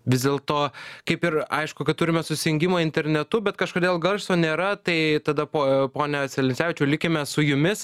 vis dėlto kaip ir aišku kad turime susijungimą internetu bet kažkodėl garso nėra tai tada po pone celencevičiau likime su jumis